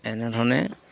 এনেধৰণে